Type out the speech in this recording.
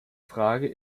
frage